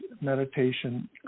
meditation